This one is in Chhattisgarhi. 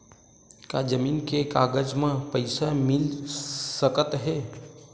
का जमीन के कागज म पईसा मिल सकत हे?